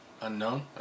unknown